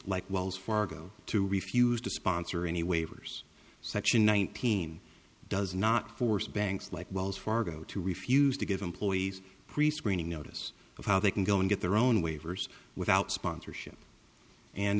like wells fargo too refused to sponsor any waivers section nineteen does not force banks like wells fargo to refuse to give employees prescreening notice of how they can go and get their own waivers without sponsorship and